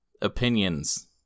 Opinions